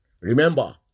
Remember